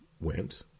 went